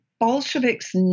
Bolsheviks